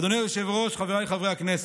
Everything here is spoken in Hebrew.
אדוני היושב-ראש, חבריי חברי הכנסת,